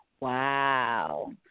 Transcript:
Wow